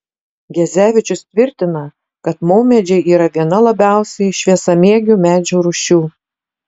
gezevičius tvirtina kad maumedžiai yra viena labiausiai šviesamėgių medžių rūšių